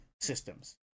systems